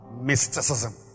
mysticism